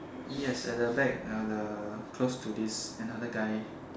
yes at the back uh the close to this another guy